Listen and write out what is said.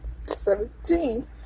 seventeen